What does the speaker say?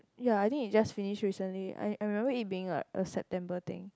ya I think it just finish recently I I remember it being like a September thing